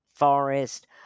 forest